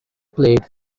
played